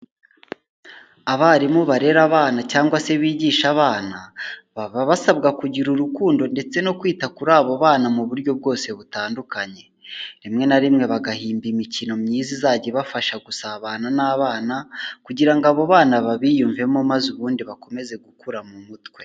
Abarimu barera abana cyangwa se bigisha abana, baba basabwa kugira urukundo ndetse no kwita kuri abo bana mu buryo bwose butandukanye, rimwe na rimwe bagahimba imikino myiza izajya ibafasha gusabana n'abana kugira ngo abo bana babiyumvemo maze ubundi bakomeze gukura mu mutwe.